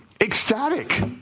ecstatic